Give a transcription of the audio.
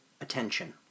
attention